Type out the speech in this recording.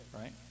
right